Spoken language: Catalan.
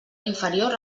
inferior